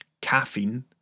Caffeine